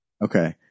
Okay